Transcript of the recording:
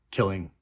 Killing